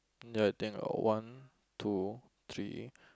ya I think one two three